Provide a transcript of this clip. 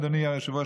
אדוני היושב-ראש,